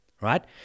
right